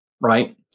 right